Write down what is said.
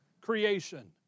creation